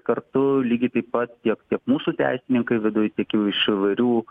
kartu lygiai taip pat tiek tiek mūsų teisininkai viduj tiek jau iš įvairių